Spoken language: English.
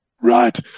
Right